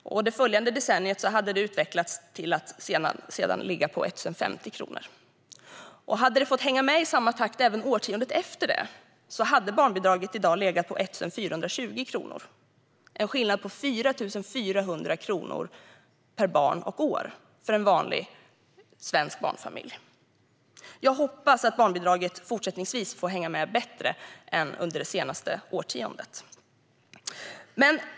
Det följande decenniet hade det alltså utvecklats till 1 050 kronor. Hade det fått hänga med i samma takt även årtiondet efter det hade barnbidraget i dag legat på 1 420 kronor. Det är en skillnad på 4 400 kronor per barn och år för en vanlig svensk barnfamilj. Jag hoppas att barnbidraget fortsättningsvis får hänga med bättre än det gjort under det senaste årtiondet.